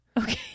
Okay